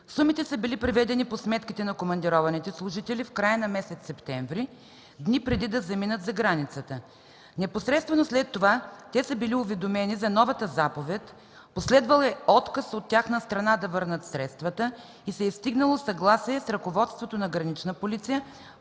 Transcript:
Сумите са били преведени по сметките на командированите служители в края на месец септември – дни преди да заминат за граница. Непосредствено след това те са били уведомени за новата заповед. Последвал е отказ от тяхна страна да върнат средствата и се е стигнало до съгласие с ръководството на „Гранична полиция“